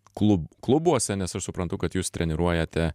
klu klubuose nes aš suprantu kad jūs treniruojate